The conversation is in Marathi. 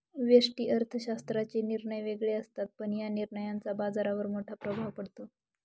व्यष्टि अर्थशास्त्राचे निर्णय वेगळे असतात, पण या निर्णयांचा बाजारावर मोठा प्रभाव पडतो